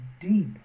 deep